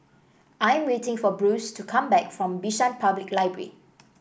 I'm waiting for Bruce to come back from Bishan Public Library